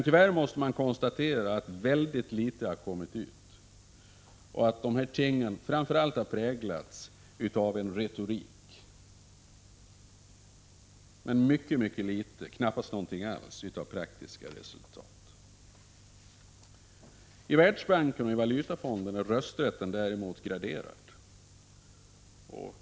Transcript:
Tyvärr måste man konstatera att ytterst litet har kommit ut och att dessa ting framför allt har präglats av retorik men mycket litet, knappast något alls, av praktiska resultat. I Världsbanken och Valutafonden är rösträtten däremot graderad.